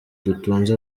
dutunze